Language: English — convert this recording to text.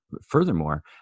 furthermore